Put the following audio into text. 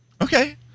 Okay